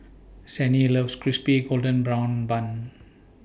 Sannie loves Crispy Golden Brown Bun